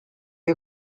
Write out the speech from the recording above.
you